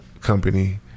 company